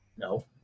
No